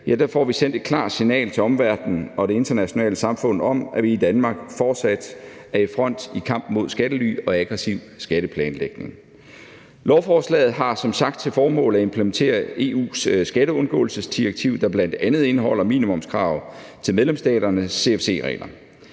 model får vi sendt et klart signal til omverdenen og det internationale samfund om, at vi i Danmark fortsat er i front i kampen mod skattely og aggressiv skatteplanlægning. Lovforslaget har som sagt til formål at implementere EU's skatteundgåelsesdirektiv, der bl.a. indeholder minimumskrav til medlemsstaternes CFC-regler.